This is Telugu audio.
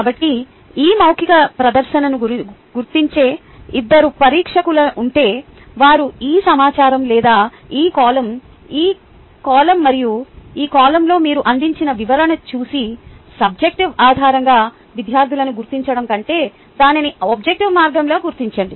కాబట్టి ఈ మౌఖిక ప్రదర్శనను గుర్తించే ఇద్దరు పరీక్షకులు ఉంటే వారు ఈ సమాచారం లేదా ఈ కాలమ్ ఈ కాలమ్ మరియు ఈ కాలమ్లో మీరు అందించిన వివరణ చూసి సబ్జెక్టివ్ ఆధారంగా విద్యార్థులను గుర్తించడం కంటే దానిని ఆబ్జెక్టివ్ మార్గంలో గుర్తించండి